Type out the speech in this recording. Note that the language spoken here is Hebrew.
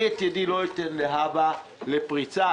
אני לא אתן את ידי להבא לפריצה.